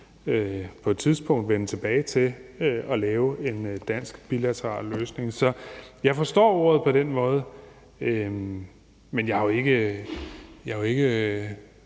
på et tidspunkt vende tilbage og lave en dansk bilateral løsning. Så jeg forstår ordet på den måde, men jeg har jo ikke